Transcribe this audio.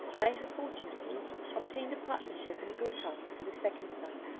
i have fortunately obtained a partnership in a good house for the second son.